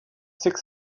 six